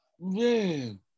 man